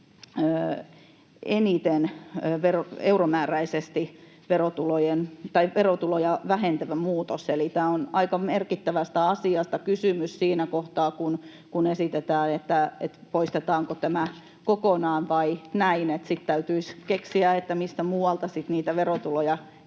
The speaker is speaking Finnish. eniten euromääräisesti verotuloja vähentävä muutos, eli tässä on aika merkittävästä asiasta kysymys siinä kohtaa, kun esitetään sitä, poistetaanko tämä kokonaan vai näin. Sitten täytyisi keksiä, missä muualla niitä veroja